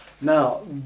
Now